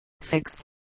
six